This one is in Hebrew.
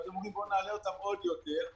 ואתם אומרים: בואו נעלה אותם עוד יותר,